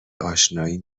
آشنایی